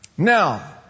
Now